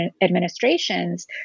administrations